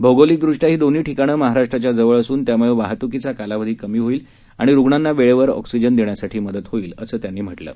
भौगोलिकदृष्ट्या ही दोन्ही ठिकाणं महाराष्ट्राच्या जवळ असून त्यामुळे वाहतुकीचा कालावधी कमी होईल आणि रुग्णांना वेळेवर ऑक्सिजन देण्यासाठी मदत होईल असंही त्यांनी म्हटलं आहे